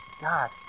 God